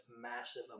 massive